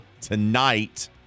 tonight